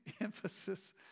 emphasis